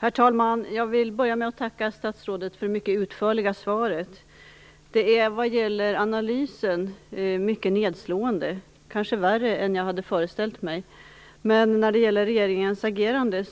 Herr talman! Jag vill börja med att tacka statsrådet för det mycket utförliga svaret. Det är när det gäller analysen mycket nedslående, kanske värre än jag hade föreställt mig. Men jag är positivt inställd till regeringens agerande